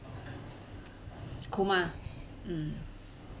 coma mm